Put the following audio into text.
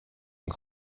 and